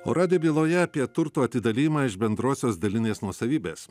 o radijo byloje apie turto atidalijimą iš bendrosios dalinės nuosavybės